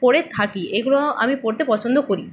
পড়ে থাকি এগুলো আমি পড়তে পছন্দ করি